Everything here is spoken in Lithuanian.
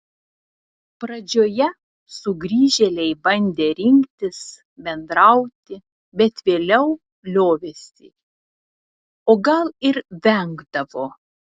pradžioje sugrįžėliai bandė rinktis bendrauti bet vėliau liovėsi o gal ir vengdavo